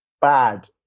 bad